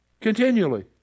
continually